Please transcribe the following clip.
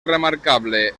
remarcable